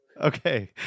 Okay